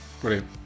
Brilliant